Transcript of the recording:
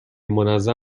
منظم